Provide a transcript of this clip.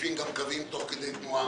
הרשויות מחכות לכסף הזה הרבה מאוד זמן.